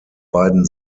beiden